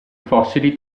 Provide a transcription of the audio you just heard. fossili